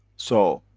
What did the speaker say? so,